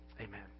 Amen